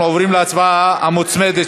אנחנו עוברים להצבעה המוצמדת,